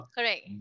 Correct